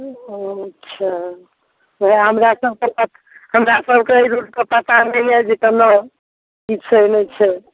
अच्छा से हमरा सबके हमरा सबके एहि रोडके पता नहि यऽ जे कन्नो की छै नहि छै